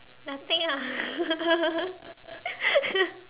nothing ah